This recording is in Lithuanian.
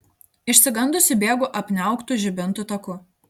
išsigandusi bėgu apniauktu žibintų taku